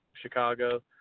Chicago